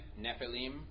Nephilim